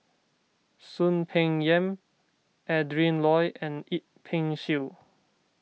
Soon Peng Yam Adrin Loi and Yip Pin Xiu